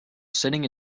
sitting